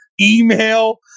email